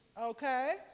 Okay